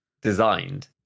designed